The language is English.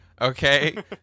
Okay